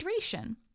hydration